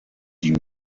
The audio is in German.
die